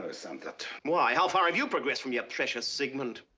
i resent that. why? how far have you progressed from your precious sigmund?